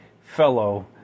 fellow